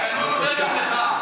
אני לא עובד אצלך.